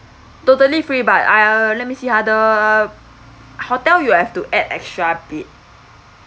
totally free but I'll let me see ah the hotel you have to add extra bit